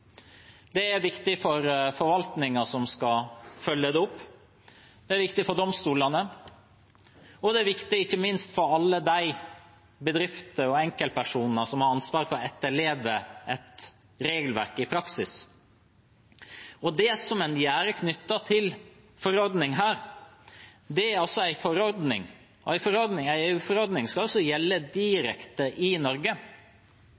skal følge det opp. Det er viktig for domstolene. Og det er ikke minst viktig for alle de bedriftene og enkeltpersonene som har ansvaret for å etterleve regelverket i praksis. Det en gjør knyttet til forordningen, er at en EU-forordning altså skal gjelde direkte i Norge. Den skal altså